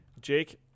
Jake